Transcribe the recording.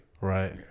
Right